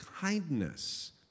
kindness